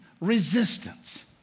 resistance